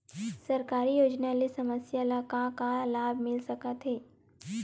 सरकारी योजना ले समस्या ल का का लाभ मिल सकते?